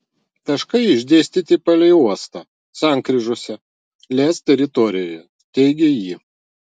taškai išdėstyti palei uostą sankryžose lez teritorijoje teigė ji